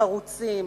חרוצים,